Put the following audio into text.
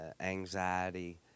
anxiety